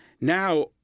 Now